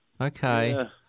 Okay